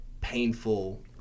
painful